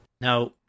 Now